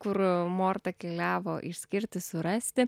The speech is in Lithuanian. kur morta keliavo išskirti surasti